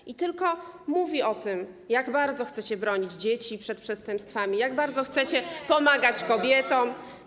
Mówi tylko o tym, jak bardzo chcecie bronić dzieci przed przestępstwami, jak bardzo chcecie pomagać kobietom.